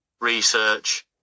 research